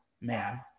man